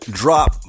drop